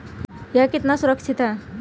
यह कितना सुरक्षित है?